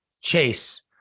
Chase